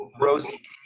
Rosie